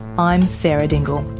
i'm sarah dingle.